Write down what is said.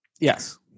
Yes